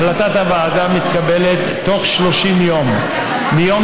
החלטת הוועדה מתקבלת בתוך 30 יום מיום